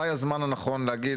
מתי הזמן הנכון להגיד,